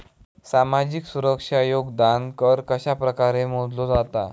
सामाजिक सुरक्षा योगदान कर कशाप्रकारे मोजलो जाता